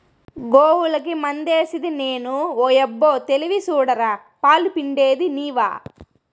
గోవులకి మందేసిది నేను ఓయబ్బో తెలివి సూడరా పాలు పిండేది నీవా